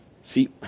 See